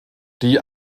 die